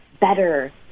better